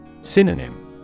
Synonym